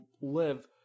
live